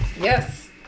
yes